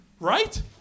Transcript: right